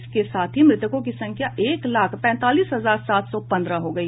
इसके साथ ही मृतकों की संख्या एक लाख पैंतीस हजार सात सौ पन्द्रह हो गई